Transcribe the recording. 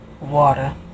water